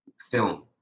film